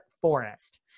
Forest